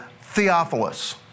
Theophilus